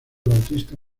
bautista